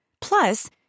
Plus